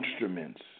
instruments